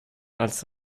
als